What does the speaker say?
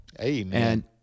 Amen